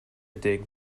dig